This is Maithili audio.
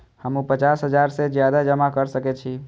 हमू पचास हजार से ज्यादा जमा कर सके छी?